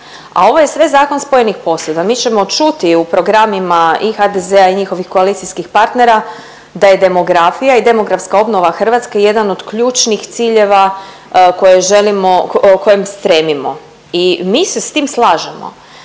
a ovo je sve zakon spojenih posuda. Mi ćemo čuti u programima i HDZ-a i njihovih koalicijskih partnera da je demografija i demografska obnova Hrvatske jedna od ključnih ciljeva koje želimo kojem stremimo. I mi se s tim slažemo.